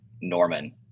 Norman